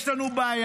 יש לנו בעיה,